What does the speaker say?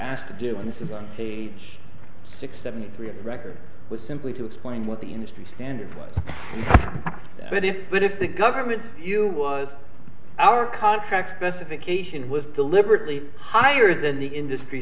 asked to do and this is on page six seventy three of record was simply to explain what the industry standard was but if but if the government you was our contract specification was deliberately higher than the industry